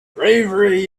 bravery